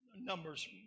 numbers